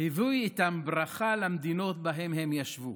הביאו איתם ברכה למדינות שבהן הם ישבו,